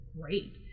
great